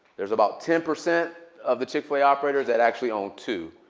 there's about ten percent of the chick-fil-a operators that actually own two.